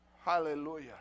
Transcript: Hallelujah